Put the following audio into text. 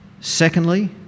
secondly